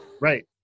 right